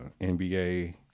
NBA